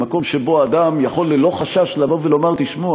במקום שבו אדם יכול ללא חשש לבוא ולומר: תשמעו,